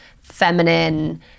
feminine